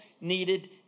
needed